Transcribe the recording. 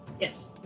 Yes